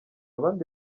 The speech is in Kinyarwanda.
bandi